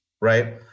right